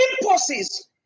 impulses